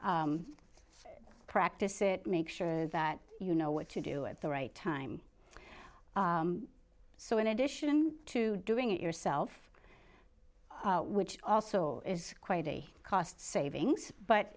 practice it make sure that you know what to do it the right time so in addition to doing it yourself which also is quite a cost savings